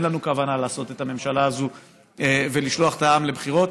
ואין לנו כוונה לפרק את הממשלה הזאת ולשלוח את העם לבחירות.